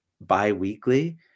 bi-weekly